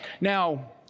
Now